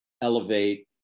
elevate